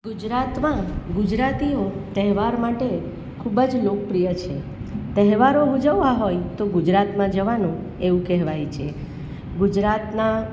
ગુજરાતમાં ગુજરાતીઓ તહેવાર માટે ખૂબ જ લોકપ્રિય છે તહેવારો ઉજવવા હોય તો ગુજરાતમાં જવાનું એવું કહેવાય છે ગુજરાતના